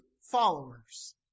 followers